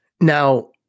Now